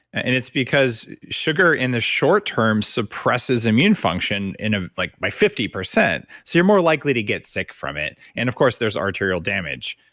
and it's because sugar in the short term suppresses immune function ah like by fifty percent, so you're more likely to get sick from it. and of course, there's arterial damage,